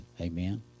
Amen